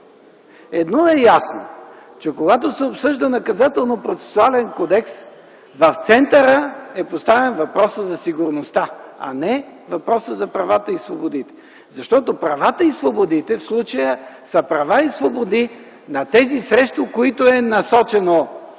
Едно е ясно – че когато се обсъжда наказателно-процесуален кодекс, в центъра е поставен въпросът за сигурността, а не въпросът за правата и свободите, защото те в случая са права и свободи на тези, срещу които е насочено действието